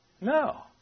No